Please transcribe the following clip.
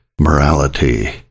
Morality